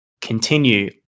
continue